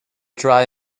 try